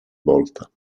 volta